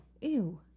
Ew